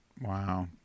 Wow